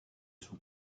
son